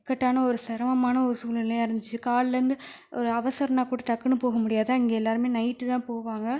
இக்கட்டான ஒரு சிரமமான ஒரு சூழ்நிலையாக இருந்துச்சு கால்லருந்து ஒரு அவசரம்னா கூட டக்குன்னு போக முடியாது அங்க எல்லாருமே நைட்டு தான் போவாங்க